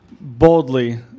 boldly